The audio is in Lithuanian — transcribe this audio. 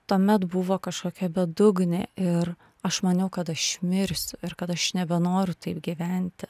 tuomet buvo kažkokia bedugnė ir aš maniau kad aš mirsiu ir kad aš nebenoriu taip gyventi